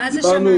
מה זה שמ"ל?